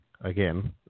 Again